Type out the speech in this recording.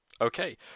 Okay